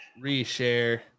Reshare